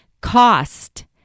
cost